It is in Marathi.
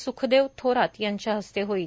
स्खदेव थोरात यांच्या हस्ते होईल